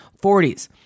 40s